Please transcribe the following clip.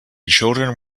children